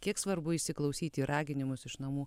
kiek svarbu įsiklausyti į raginimus iš namų